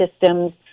systems